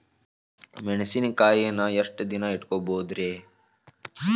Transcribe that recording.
ಮೆಣಸಿನಕಾಯಿನಾ ಎಷ್ಟ ದಿನ ಇಟ್ಕೋಬೊದ್ರೇ?